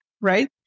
right